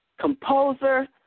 composer